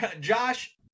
Josh